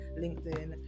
linkedin